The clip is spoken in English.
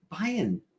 buying